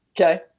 okay